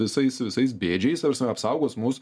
visais visais bėdžiais ta prasme apsaugos mus